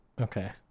Okay